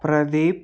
Pradeep